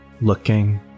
Looking